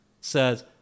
says